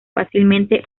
fácilmente